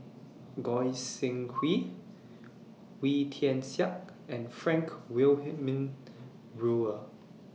Goi Seng Hui Wee Tian Siak and Frank Wilmin Brewer